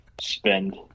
spend